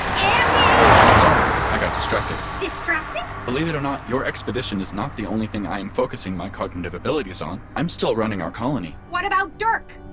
andi! sorry, i got distracted distracted? believe it or not, your expedition is not the only thing i am focusing my cognitive abilities on. i'm still running our colony what about dirk?